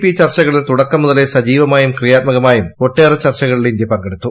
P ചർച്ചകളിൽ തുടക്കം മുതലേ സജീവമായും ക്രിയാത്മകമായും ഒട്ടേറെ ചർച്ചകളിൽ ഇന്ത്യ പങ്കെടുത്തു